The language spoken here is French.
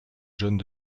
jeunes